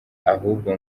ahubwo